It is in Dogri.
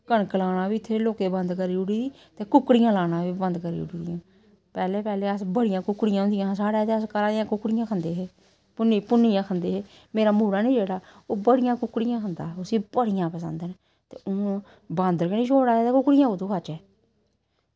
कनक लाना बी इत्थें दे लोकें बंद करी ओड़ी ते कुक्कड़ियां लाना बी बंद करी ओड़ियां दियां पैह्लें पैह्लें अस बड़ियां कुक्कड़ियां होंदियां हियां साढ़ै ते अस घरा दियां कुक्कड़ियां बी खंदे हे भुन्नी भुन्नियै खंदे हे मेरा मुड़ा निं जेह्ड़ा ओह् बड़ियां कुक्कड़ियां खंदा हा उसी बड़ियां पसंद न ते हून बांदर गै नि छोड़ै दे ते कुक्कड़ियां कुत्थूं खाचै